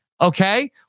okay